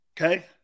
Okay